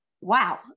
wow